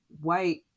white